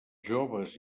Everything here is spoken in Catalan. joves